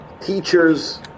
teachers